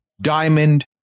Diamond